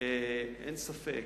אין ספק.